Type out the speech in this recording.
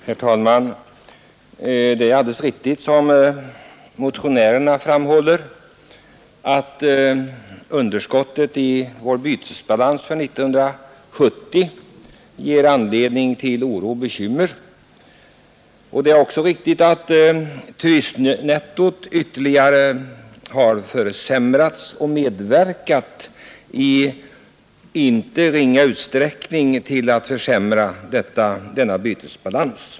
Herr talman! Det är alldeles riktigt, som motionärerna framhåller, att underskottet i vår bytesbalans för 1970 ger anledning till oro och bekymmer, och det är också riktigt att turistnettot ytterligare har försämrats och i inte ringa utsträckning medverkat till att försämra bytesbalansen.